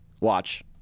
Watch